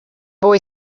boy